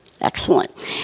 Excellent